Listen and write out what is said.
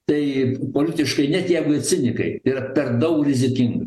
tai politiškai net jeigu ir cinikai yra per daug rizikinga